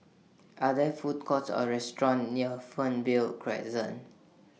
Are There Food Courts Or restaurants near Fernvale Crescent